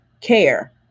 care